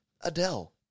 Adele